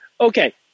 Okay